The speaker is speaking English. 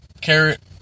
carrot